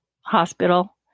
hospital